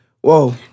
Whoa